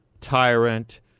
tyrant